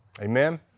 Amen